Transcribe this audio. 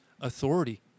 authority